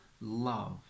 love